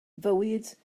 fywyd